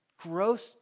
gross